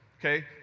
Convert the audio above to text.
okay